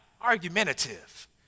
argumentative